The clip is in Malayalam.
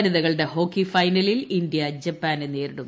വനിതകളുടെ ഹോക്കി ഫൈനലിൽ ഇന്ത്യ ജപ്പാനെ നേരിടുന്നു